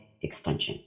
extension